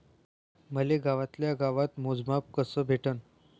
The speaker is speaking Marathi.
मले गावातल्या गावात मोजमाप कस भेटन?